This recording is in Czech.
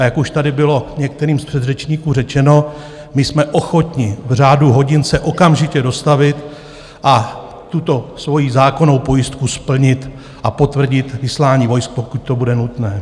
A jak už tady bylo některým z předřečníků řečeno, jsme ochotni v řádu hodin se okamžitě dostavit, tuto svoji zákonnou pojistku splnit a potvrdit vyslání vojsk, pokud to bude nutné.